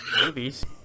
movies